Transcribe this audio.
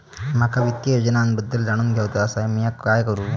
माका वित्तीय योजनांबद्दल जाणून घेवचा आसा, म्या काय करू?